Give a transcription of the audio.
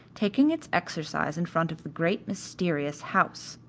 taking its exercise in front of the great, mysterious house.